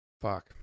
fuck